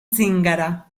zingara